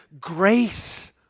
grace